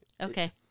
Okay